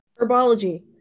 Herbology